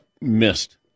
missed